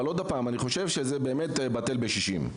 אבל עוד פעם, אני חושב שזה באמת בטל בשישים.